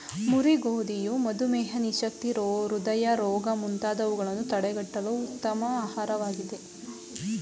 ಮುರಿ ಗೋಧಿಯು ಮಧುಮೇಹ, ನಿಶಕ್ತಿ, ಹೃದಯ ರೋಗ ಮುಂತಾದವುಗಳನ್ನು ತಡಗಟ್ಟಲು ಉತ್ತಮ ಆಹಾರವಾಗಿದೆ